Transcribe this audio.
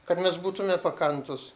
kad mes būtume pakantūs